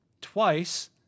twice